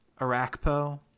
Arakpo